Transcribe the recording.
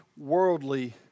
worldly